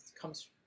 comes